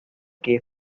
give